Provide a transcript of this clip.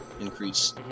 increase